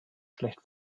schlecht